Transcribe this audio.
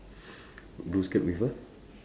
blue skirt with a